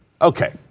Okay